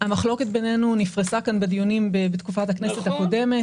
המחלוקת בינינו נפרסה כאן בדיונים בתקופת הכנסת הקודמת.